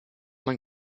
man